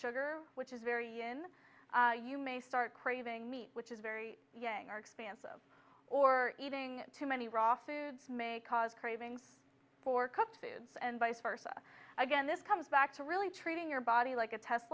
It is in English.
sugar which is very in you may start craving meat which is very expansive or eating too many raw foods may cause cravings for cooked foods and vice versa again this comes back to really treating your body like a test